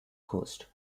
coast